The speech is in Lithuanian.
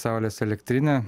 saulės elektrinę